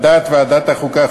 ועדת החוקה,